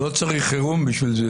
לא צריך חירום בשביל זה.